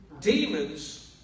Demons